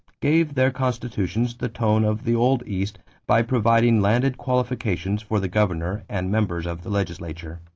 gave their constitutions the tone of the old east by providing landed qualifications for the governor and members of the legislature.